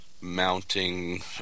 mounting